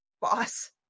boss